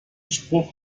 spruch